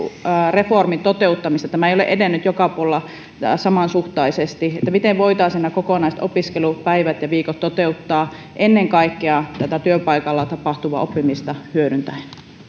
reformin toteuttamista tämä ei ole edennyt joka puolella samansuhtaisesti miten voitaisiin nämä kokonaiset opiskelupäivät ja viikot toteuttaa ennen kaikkea työpaikalla tapahtuvaa oppimista hyödyntäen